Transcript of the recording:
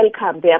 welcome